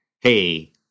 hey